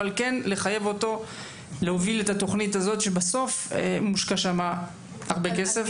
אבל כן לחייב אותו להוביל את התוכנית הזאת שבסוף מושקע שם הרבה כסף.